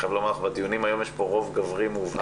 בדיונים היום יש רוב גברי מובהק.